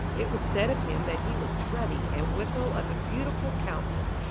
it was said of him that he was ruddy and withal of a beautiful countenance,